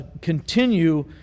continue